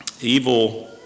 evil